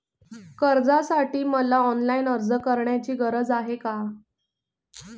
कर्जासाठी मला ऑनलाईन अर्ज करण्याची गरज आहे का?